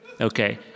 Okay